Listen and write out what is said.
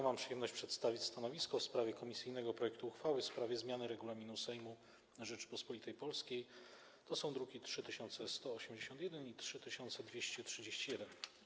Mam przyjemność przedstawić stanowisko wobec komisyjnego projektu uchwały w sprawie zmiany Regulaminu Sejmu Rzeczypospolitej Polskiej, druki nr 3181 i 3231.